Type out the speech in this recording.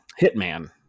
Hitman